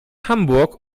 hamburg